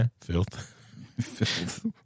filth